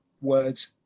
words